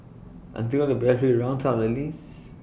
until the battery runs out at least